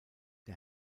der